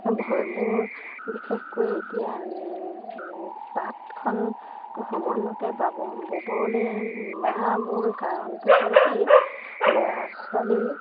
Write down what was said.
মোৰ বিশেষকৈ এতিয়া তাঁতখন সময়মতে বাব ব'বলৈ নোৱাৰা মূল কাৰণটো হ'ল কি ল'ৰা ছোৱালী